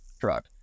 Truck